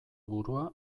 burua